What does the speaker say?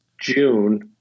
June